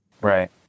Right